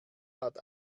hat